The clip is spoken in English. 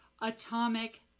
atomic